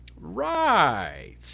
Right